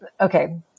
okay